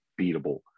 beatable